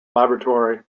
laboratory